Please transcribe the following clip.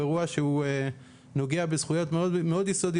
הוא אירוע שהוא נוגע בזכויות מאוד יסודיות,